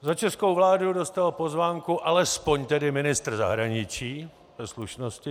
Za českou vládu dostal pozvánku alespoň tedy ministr zahraničí ze slušnosti.